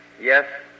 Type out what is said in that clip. Yes